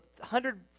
hundred